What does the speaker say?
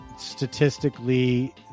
statistically